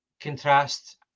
contrast